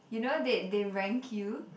you know that they rank you